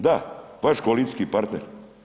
Da, vaš koalicijski partner.